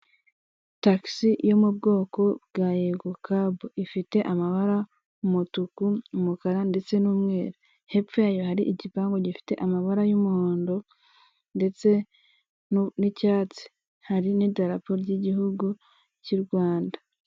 Taxi yo mubwoko bwa yego kabu ifite amabara umutuku, umukara ndetse n'umweru, hepfo yayo hari igipangu gifite amabara y'umuhondo ndetse n'icyatsi hari n'idarapo ry'igihugu cy'u Rwanda.